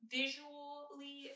visually